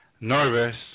nervous